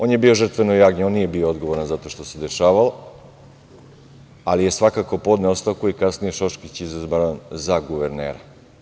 On je bio žrtveno jagnje, on nije bio odgovoran za to što se dešavalo, ali je svakako podneo ostavku i kasnije Šoškić izabran za guvernera.